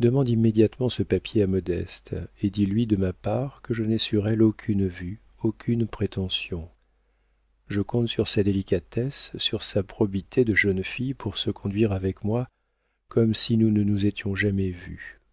demande immédiatement ce papier à modeste et dis-lui de ma part que je n'ai sur elle aucune vue aucune prétention je compte sur sa délicatesse sur sa probité de jeune fille pour se conduire avec moi comme si nous ne nous étions jamais vus